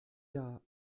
jahr